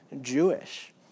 Jewish